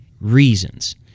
reasons